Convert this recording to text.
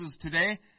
today